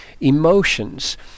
emotions